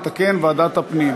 אני מתקן, ועדת הפנים.